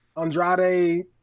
Andrade